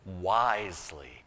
wisely